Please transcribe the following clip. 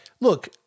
look